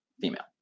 female